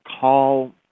call